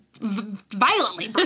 violently